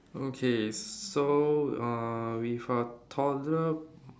okay so uh with a toddler